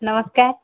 ନମସ୍କାର୍